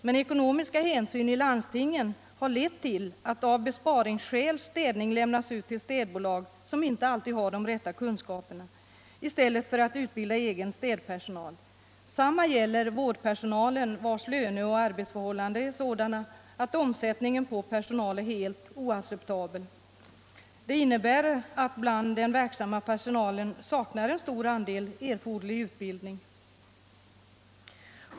Men ekonomiska hänsyn i landstingen har lett till att av besparingsskäl städning lämnas ut till städbolag, som inte alltid har de rätta kunskaperna, i stället för att egen städpersonal utbildas. Samma gäller vårdpersonalen, vars löne-och arbetsförhållanden är sådana att omsättningen på personal är helt oacceptabel. Det innebär att av den verksamma personalen saknar en stor del erforderlig utbildning.